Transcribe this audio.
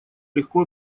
легко